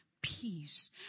Peace